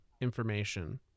information